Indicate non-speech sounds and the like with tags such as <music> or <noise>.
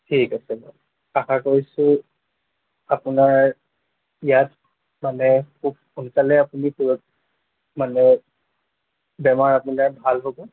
ঠিক আছে বাৰু আশা কৰিছোঁ আপোনাৰ ইয়াত মানে খুব সোনকালে আপুনি <unintelligible> মানে বেমাৰ আপোনাৰ ভাল হ'ব